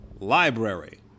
library